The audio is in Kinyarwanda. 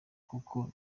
kuko